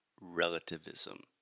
relativism